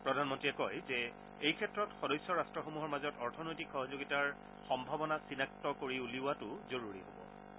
প্ৰধানমন্ত্ৰীয়ে কয় যে এই ক্ষেত্ৰত সদস্য ৰাট্টসমূহৰ মাজত অৰ্থনৈতিক সহযোগিতাৰ সম্ভাৱনা চিনাক্ত কৰি উলিওৱাটো জৰুৰী হ'ব